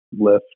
left